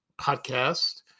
podcast